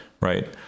Right